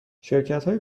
شرکتای